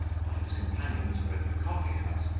while his companions were at the coffee-house,